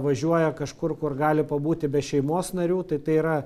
važiuoja kažkur kur gali pabūti be šeimos narių tai tai yra